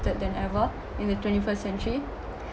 than ever in the twenty first century